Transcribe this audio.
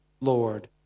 Lord